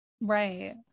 Right